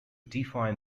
define